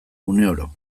uneoro